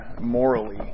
morally